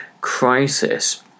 crisis